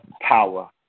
Power